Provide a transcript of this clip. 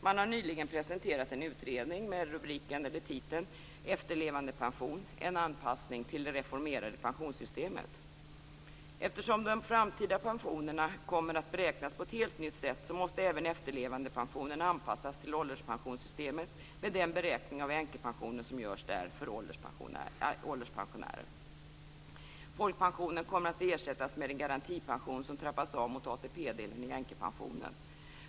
Man har nyligen presenterat en utredning med rubriken Efterlevandepension: en anpassning till det reformerade ålderspensionssystemet. Eftersom de framtida pensionerna kommer att beräknas på ett helt nytt sätt måste även efterlevandepensionen anpassas till ålderspensionssystemet med den beräkning av änkepensionen som görs där för ålderspensionärer. Folkpensionen kommer att ersättas med en garantipension som trappas av mot ATP-delen i änkepensionen.